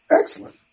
Excellent